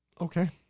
Okay